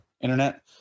Internet